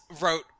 wrote